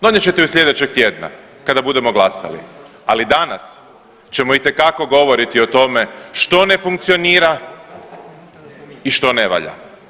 Donijeti ćete ju slijedećeg tjedna kada budemo glasali, ali danas ćemo itekako govoriti o tome što ne funkcionira i što ne valja.